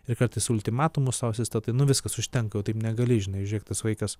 ir kartais ultimatumus sau įsistatai nu viskas užtenka jau taip negali žinai žiūrėk tas vaikas